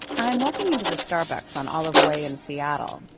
i'm walking into the starbucks on olive way in seattle.